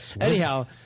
Anyhow